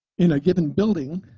in a given building,